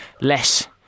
less